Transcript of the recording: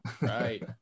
right